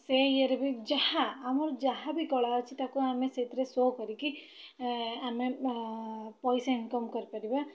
ସେ ଇଏରେ ବି ଯାହା ଆମର ଯାହା ବି କଳା ଅଛି ତାକୁ ଆମେ ସେଇଥିରେ ସୋ' କରିକି ଆମେ ପଇସା ଇନ୍କମ୍ କରିପାରିବା